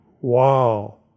Wow